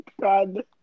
God